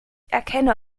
erkenne